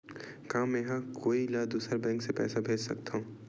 का मेंहा कोई ला दूसर बैंक से पैसा भेज सकथव?